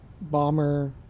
bomber